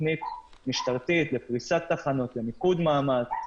תכנית משטרתית לפרישת תחנות למיקוד מאמץ,